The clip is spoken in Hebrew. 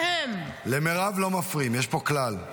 למירב לא מפריעים, יש פה כלל.